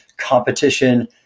competition